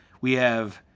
we have